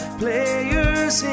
players